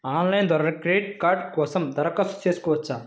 Online ద్వారా credit card కోసం దరఖాస్తు చేయవచ్చా?